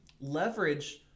leverage